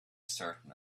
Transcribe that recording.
certain